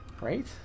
Right